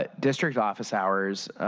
ah district office hours,